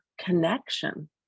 connection